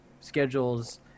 schedules